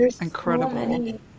incredible